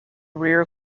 rear